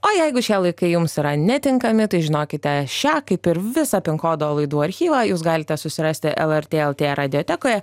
o jeigu šie laikai jums yra netinkami tai žinokite šią kaip ir visą pin kodo laidų archyvą jūs galite susirasti lrt lt radiotekoj